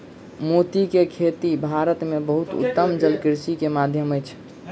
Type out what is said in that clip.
मोती के खेती भारत में बहुत उत्तम जलकृषि के माध्यम अछि